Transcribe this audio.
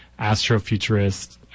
Astrofuturist